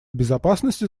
безопасности